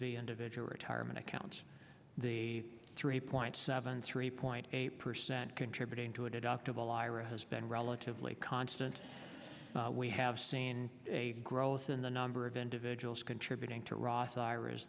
v individual retirement accounts the three point seven three point eight percent contributing to a deductible ira has been relatively constant we have seen a growth in the number of individuals contributing to ross ir